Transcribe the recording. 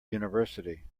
university